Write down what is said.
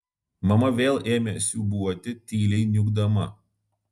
mama vėl ėmė siūbuoti tyliai niūkdama